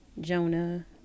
Jonah